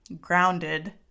Grounded